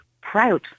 proud